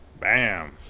bam